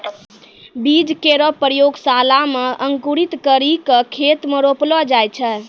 बीज केरो प्रयोगशाला म अंकुरित करि क खेत म रोपलो जाय छै